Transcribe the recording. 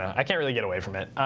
i can't really get away from it.